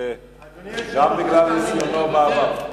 גם בגלל ניסיונו בעבר.